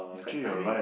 it's quite tiring